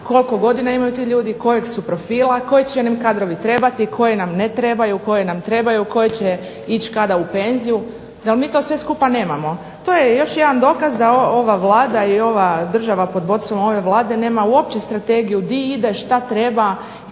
koliko godina imaju ti ljudi, kojeg su profila, koji će nam kadrovi trebati, koji nam ne traju, koji nam trebaju, koji će ići kada u penziju, da mi to sve skupa nemamo. To je još jedan dokaz da ova Vlada i ova država pod vodstvom ove Vlade nema uopće strategiju di ide, šta treba